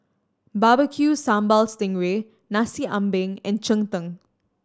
Barbecue Sambal sting ray Nasi Ambeng and cheng tng